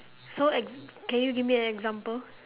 so ex~ can you give me an example